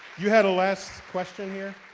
you had a last question here?